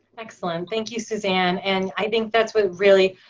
excellent, thank you suzanne. and i think that's what really,